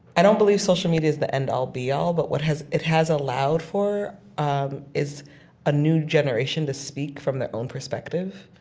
i don't believe social media is the end all be all, but what it has allowed for um is a new generation to speak from their own perspective.